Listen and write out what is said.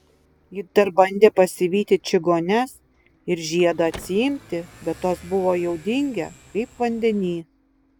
ji dar bandė pasivyti čigones ir žiedą atsiimti bet tos buvo jau dingę kaip vandeny